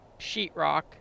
sheetrock